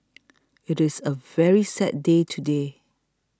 it is a very sad day today